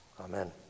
Amen